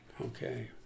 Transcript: Okay